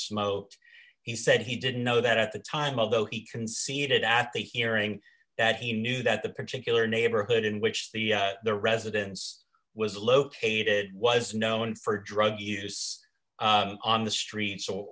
smoked he said he didn't know that at the time of though he conceded at the hearing that he knew that the particular neighborhood in which the the residence was located was known for drug use on the street so